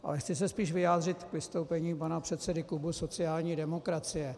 Ale chci se spíš vyjádřit k vystoupení pana předsedy klubu sociální demokracie.